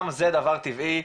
גם זה דבר טבעי,